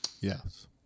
Yes